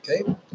Okay